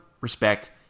respect